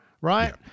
right